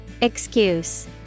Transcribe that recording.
Excuse